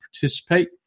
participate